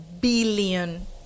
billion